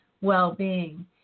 well-being